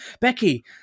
Becky